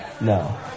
No